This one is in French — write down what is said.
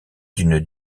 d’une